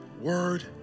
word